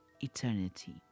eternity